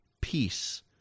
peace